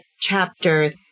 chapter